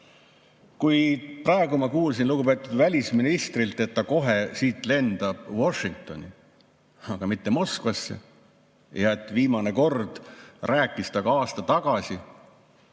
Praegu ma kuulsin lugupeetud välisministrilt, et ta kohe lendab siit Washingtoni, aga mitte Moskvasse, ja et viimane kord rääkis ta oma [Vene